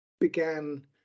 began